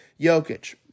Jokic